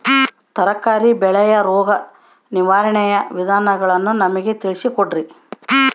ತರಕಾರಿ ಬೆಳೆಯ ರೋಗ ನಿರ್ವಹಣೆಯ ವಿಧಾನಗಳನ್ನು ನಮಗೆ ತಿಳಿಸಿ ಕೊಡ್ರಿ?